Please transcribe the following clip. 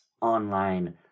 online